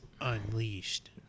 Unleashed